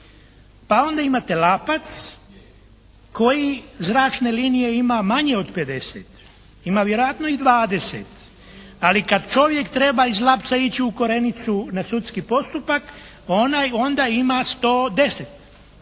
Pa onda imate Lapac koji zračne linije ima manje od 50. Ima vjerojatno i 20. Ali kad čovjek treba iz Lapca ići u Korenicu na sudski postupak, onda ima 110.